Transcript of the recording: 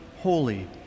holy